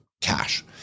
cash